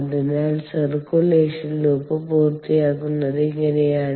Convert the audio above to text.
അതിനാൽ circulation loop പൂർത്തിയാകുന്നത് ഇങ്ങനെയാണ്